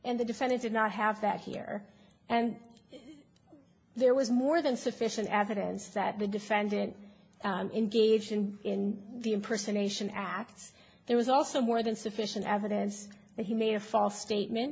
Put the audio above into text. and the defendant did not have that here and there was more than sufficient evidence that the defendant engaged in in the impersonation acts there was also more than sufficient evidence that he made a false